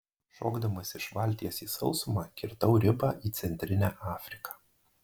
šokdamas iš valties į sausumą kirtau ribą į centrinę afriką